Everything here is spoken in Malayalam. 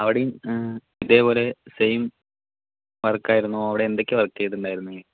അവിടെയും ആ ഇതേപോലെ സെയിം വർക്കായിരുന്നോ അവിടെ എന്തൊക്കെയാ വർക്ക് ചെയ്തിട്ടുണ്ടായിരുന്നത്